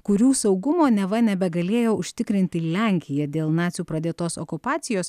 kurių saugumo neva nebegalėjo užtikrinti lenkija dėl nacių pradėtos okupacijos